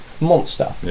monster